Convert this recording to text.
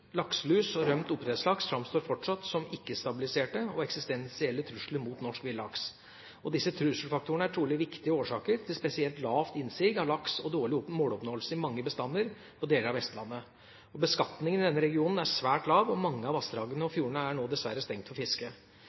og rømt oppdrettslaks framstår fortsatt som ikke-stabiliserte og eksistensielle trusler mot norsk villaks. Disse trusselfaktorene er trolig viktige årsaker til spesielt lavt innsig av laks og dårlig måloppnåelse i mange bestander på deler av Vestlandet. Beskatningen i denne regionen er svært lav, og mange av vassdragene og fjordene er nå dessverre stengt for fiske.